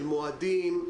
של מועדים,